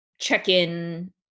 check-in